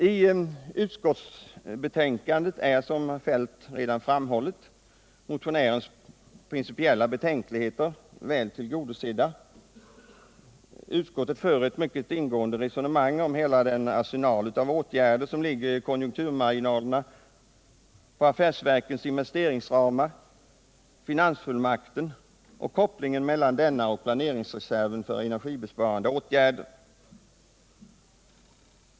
I utskottsbetänkandet är, som herr Feldt redan anfört, motionärens principiella betänkligheter väl tillgodosedda. Utskottet för ett mycket ingående resonemang om hela den arsenal av åtgärder som ligger i konjunkturmarginalerna på affärsverkens investeringsramar, finansfullmakten och kopplingen mellan denna och planeringsreserven för energibesparande åtgärder.